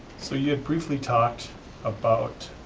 so you had briefly talked about